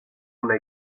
una